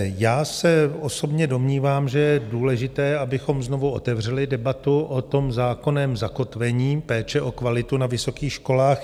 Já se osobně domnívám, že je důležité, abychom znovu otevřeli debatu o zákonném zakotvení péče o kvalitu na vysokých školách.